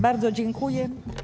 Bardzo dziękuję.